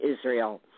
Israel